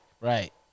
Right